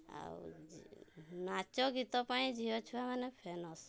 ଆଉ ନାଚ ଗୀତ ପାଇଁ ଝିଅ ଛୁଆମାନେ ଫେନସ୍